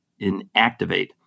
inactivate